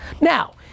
Now